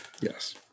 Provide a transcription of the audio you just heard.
Yes